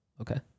okay